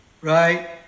right